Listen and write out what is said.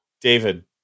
David